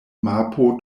mapo